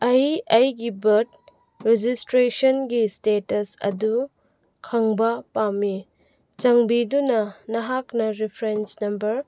ꯑꯩ ꯑꯩꯒꯤ ꯕꯥꯔꯠ ꯔꯦꯖꯤꯁꯇ꯭ꯔꯦꯁꯟꯒꯤ ꯏꯁꯇꯦꯇꯁ ꯑꯗꯨ ꯈꯪꯕ ꯄꯥꯝꯃꯤ ꯆꯥꯟꯕꯤꯗꯨꯅ ꯅꯍꯥꯛꯅ ꯔꯤꯐꯔꯦꯟꯁ ꯅꯝꯕꯔ